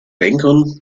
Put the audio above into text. bänkern